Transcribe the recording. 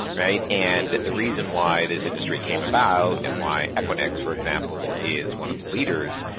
right? and the reason why this industry came about and why equinix, for example, is one of the leaders,